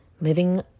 Living